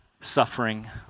suffering